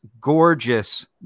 gorgeous